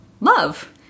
love